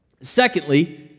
Secondly